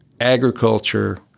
Agriculture